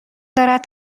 دارد